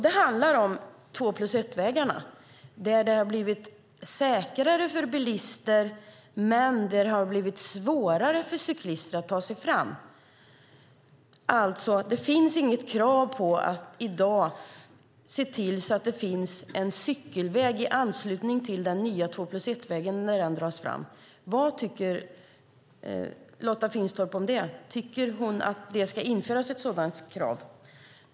Det handlar om två-plus-ett-vägarna, där det har blivit säkrare för bilister men svårare för cyklister att ta sig fram. Det finns alltså i dag inget krav på att se till att det finns en cykelväg i anslutning till den nya två-plus-ett-väg som dras fram. Vad tycker Lotta Finstorp om det? Tycker hon att det ska införas ett sådant krav?